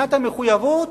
מבחינת המחויבות,